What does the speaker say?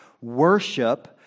worship